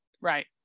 Right